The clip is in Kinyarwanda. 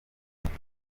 itatu